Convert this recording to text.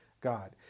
God